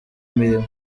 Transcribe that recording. imirimo